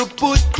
put